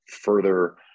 further